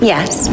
Yes